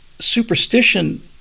superstition